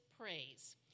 Praise